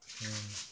mm